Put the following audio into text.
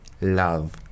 love